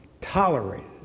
tolerated